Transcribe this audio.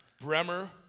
Bremer